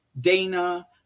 Dana